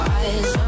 eyes